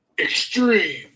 Extreme